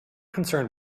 concerned